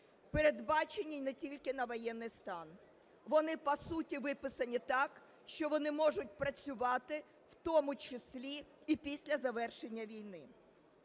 передбачені не тільки на воєнний стан, вони по суті виписані так, що вони можуть працювати в тому числі і після завершення війни.